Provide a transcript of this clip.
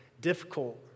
difficult